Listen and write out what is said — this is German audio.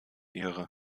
ihre